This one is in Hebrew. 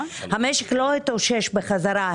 המשק לא התאושש בחזרה.